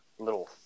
little